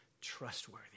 trustworthy